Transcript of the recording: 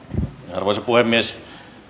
arvoisa puhemies